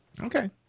Okay